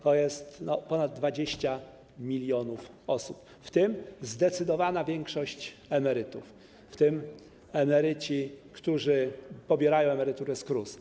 To jest ponad 20 mln osób, w tym zdecydowana większość emerytów, także emeryci, którzy pobierają emeryturę z KRUS.